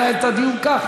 אי-אפשר לנהל את הדיון ככה.